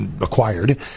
Acquired